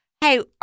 hey